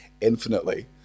infinitely